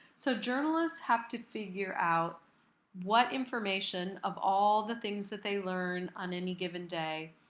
so journalists have to figure out what information, of all the things that they learn on any given day,